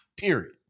period